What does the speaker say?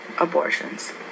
abortions